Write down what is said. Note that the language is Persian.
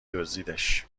دزدیدش